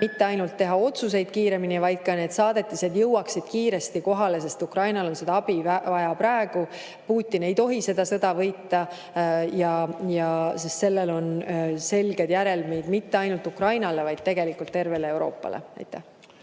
mitte ainult teha otsuseid kiiremini, vaid ka need saadetised peaksid jõudma kiiremini kohale, sest Ukrainal on abi vaja praegu. Putin ei tohi seda sõda võita, sest sellel on selged järelmid mitte ainult Ukrainale, vaid tegelikult tervele Euroopale. Ja